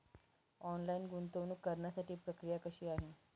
Online गुंतवणूक करण्यासाठी प्रक्रिया कशी आहे?